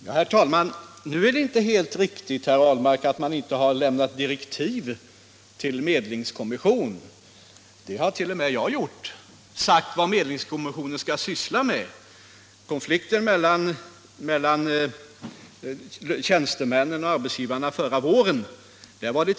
Såväl i regeringsdeklarationen som i den s.k. villkorspropositionen fastslås att det är kraftföretagen som har ansvaret för att få fram ett avtal som på ett betryggande sätt tillgodoser behovet av upparbetning av använt kärnbränsle och för att regeringen därefter tar ställning.